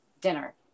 dinner